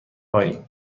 پایین